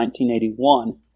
1981